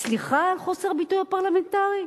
סליחה על הביטוי הלא-פרלמנטרי.